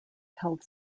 held